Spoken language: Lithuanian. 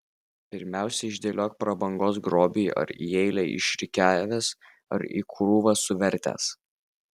pirmiausia išdėliok prabangos grobį ar į eilę išrikiavęs ar į krūvą suvertęs